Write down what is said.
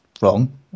wrong